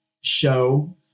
show